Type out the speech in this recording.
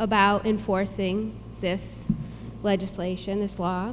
about enforcing this legislation this law